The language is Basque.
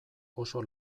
oso